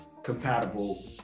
compatible